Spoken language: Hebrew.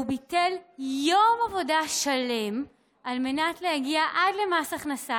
הוא ביטל יום עבודה שלם על מנת להגיע עד למס הכנסה